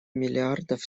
миллиардов